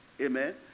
Amen